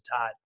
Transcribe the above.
Tide